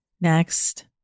next